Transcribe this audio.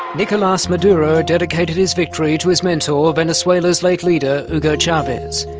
nicolas maduro dedicated his victory to his mentor, venezuela's late leader hugo chavez,